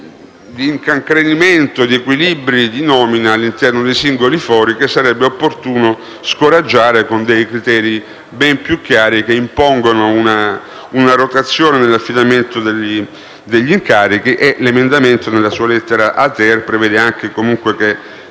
di incancrenimento di equilibri di nomina all'interno dei singoli fori, che sarebbe opportuno scoraggiare con criteri ben più chiari che impongano una rotazione nell'affidamento degli incarichi. L'emendamento, nella sua lettera *a-ter),* prevede anche che